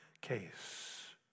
case